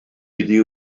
iddi